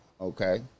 Okay